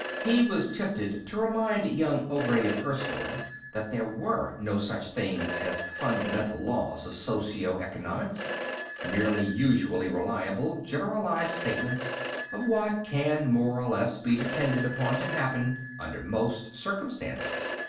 he was tempted to remind young obray of erskyll that there were no such things as fundamental laws of socio-economics merely usually reliable generalized statements of what can more or less be depended upon to happen under most circumstances.